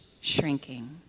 shrinking